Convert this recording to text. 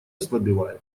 ослабевает